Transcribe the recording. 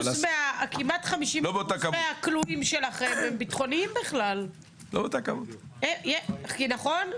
כמעט 50% מהכלואים שלכם הם בכלל ביטחוניים, נכון?